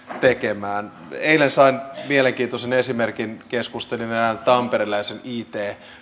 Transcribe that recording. tekemään eilen sain mielenkiintoisen esimerkin keskustelin erään tamperelaisen it